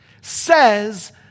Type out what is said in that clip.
says